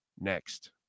Next